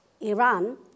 Iran